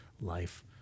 life